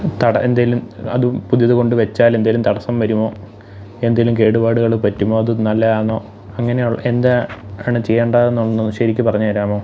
തട എന്തേലും അതും പുതിയത് കൊണ്ട് വെച്ചാൽ എന്തേലും തടസ്സം വരുമോ എന്തേലും കേടുപാടുകൾ പറ്റുമോ അത് നല്ലതാണോ അങ്ങനെയുള്ള എന്താ ആണ് ചെയ്യേണ്ടതെന്നൊന്ന് ശരിക്ക് പറഞ്ഞ് തരാമോ